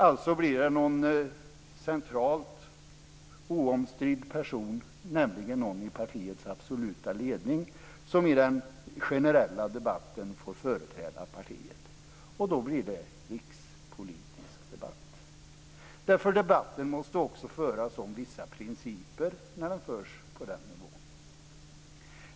Alltså blir det någon centralt placerad oomstridd person, nämligen någon i partiets absoluta ledning, som i den generella debatten får företräda partiet, och då blir det rikspolitisk debatt. Debatten måste också föras om vissa principer när den förs på den nivån.